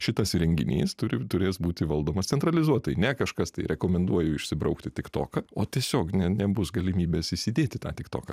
šitas įrenginys turi turės būti valdomas centralizuotai ne kažkas tai rekomenduoju išsibraukti tiktoką o tiesiog nebus galimybės įsidėti tą tiktoką